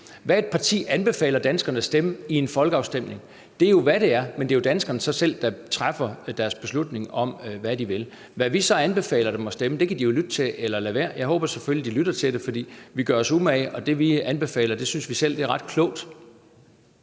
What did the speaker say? Hvad et parti anbefaler danskerne at stemme ved en folkeafstemning, er jo, hvad det er, men det er så danskerne selv, der træffer deres beslutning om, hvad de vil. Hvad vi så anbefaler dem at stemme, kan de jo lytte til eller lade være. Jeg håber selvfølgelig, at de lytter til det, for vi gør os umage, og det, vi anbefaler, synes vi selv er ret klogt.